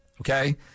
okay